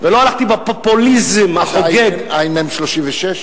ולא הלכתי בפופוליזם החוגג, תמ"א 36?